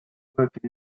working